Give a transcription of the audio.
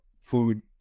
food